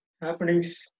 happenings